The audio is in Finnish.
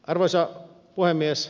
arvoisa puhemies